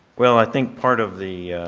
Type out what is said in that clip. well, i think part of the,